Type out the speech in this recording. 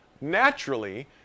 Naturally